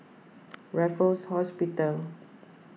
Raffles Hospital